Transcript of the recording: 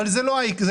אבל זה לא העיקר.